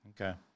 Okay